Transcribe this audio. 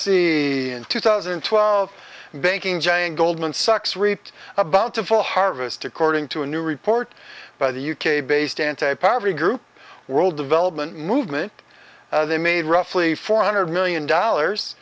see in two thousand and twelve banking giant goldman sachs reaped about to fall harvest according to a new report by the u k based anti poverty group world development movement they made roughly four hundred million dollars